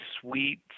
sweet